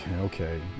Okay